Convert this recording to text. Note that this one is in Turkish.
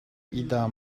iddia